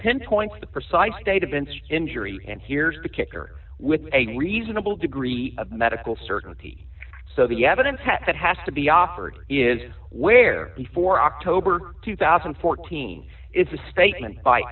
events injury and here's the kicker with a reasonable degree of medical certainty so the evidence that has to be offered is where before october two thousand and fourteen it's a statement by